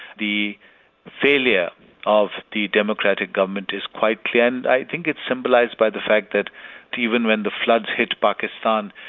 the failure of the democratic government is quite clear and i think it's symbolised by the fact that even when the floods hit pakistan,